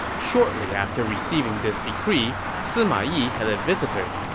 shortly after receiving this decree, sima yi had a visitor.